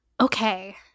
Okay